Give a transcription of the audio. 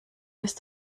ist